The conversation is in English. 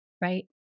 right